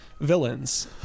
villains